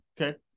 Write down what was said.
Okay